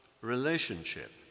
relationship